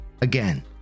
Again